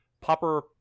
Popper